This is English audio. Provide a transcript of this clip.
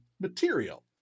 material